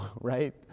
right